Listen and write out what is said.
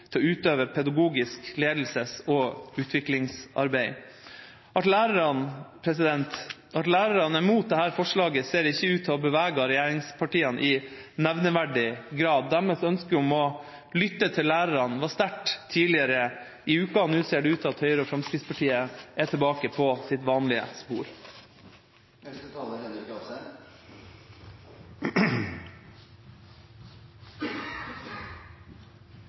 til å utøve pedagogisk ledelses- og utviklingsarbeid. At lærerne er imot dette forslaget, ser ikke ut til å ha beveget regjeringspartiene i nevneverdig grad. Deres ønske om å lytte til lærerne var sterkt tidligere i uka, nå ser det ut til at Høyre og Fremskrittspartiet er tilbake på sitt vanlige spor.